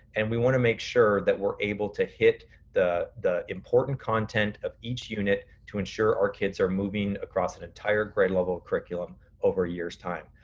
and we wanna make sure that we're able to hit the the important content of each unit to ensure our kids are moving across an entire grade level of curriculum over a year's time.